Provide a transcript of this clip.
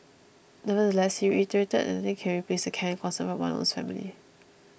nevertheless he reiterated that nothing can replace the care and concern from one's own family